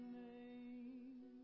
name